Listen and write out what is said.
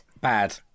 Bad